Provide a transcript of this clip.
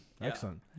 Excellent